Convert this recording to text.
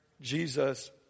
Jesus